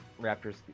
raptors